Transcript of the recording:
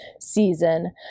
season